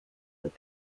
that